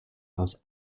aus